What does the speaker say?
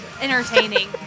entertaining